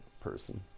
person